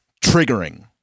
triggering